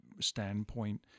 standpoint